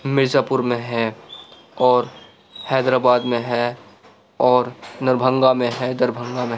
مرزا پور میں ہیں اور حیدر آباد میں ہے اور دربھنگہ میں ہے دربھنگہ میں